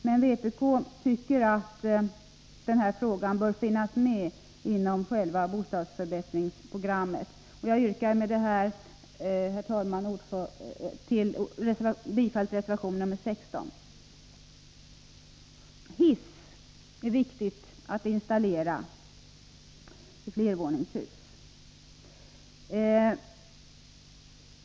Men vpk tycker att denna fråga bör finnas med inom själva bostadsförbättringsprogrammet. Herr talman! Jag yrkar med detta bifall till reservation nr 16. Det är viktigt att hiss installeras i flervåningshus.